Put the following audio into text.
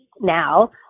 now